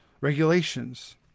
regulations